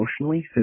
emotionally